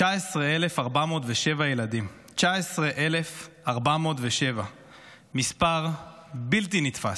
19,407 ילדים, 19,407. מספר בלתי נתפס.